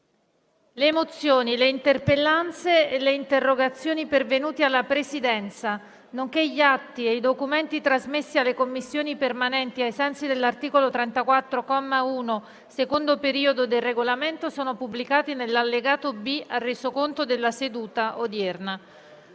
Le mozioni, le interpellanze e le interrogazioni pervenute alla Presidenza, nonché gli atti e i documenti trasmessi alle Commissioni permanenti ai sensi dell'articolo 34, comma 1, secondo periodo, del Regolamento sono pubblicati nell'allegato B al Resoconto della seduta odierna.